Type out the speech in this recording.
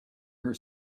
her